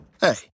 Hey